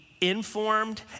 informed